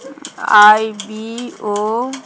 I B O